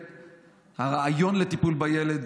הרעיון לטיפול בילד